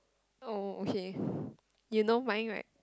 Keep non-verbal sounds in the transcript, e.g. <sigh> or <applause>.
oh okay <breath> you know mine right